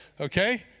Okay